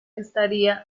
estaría